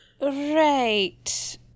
Right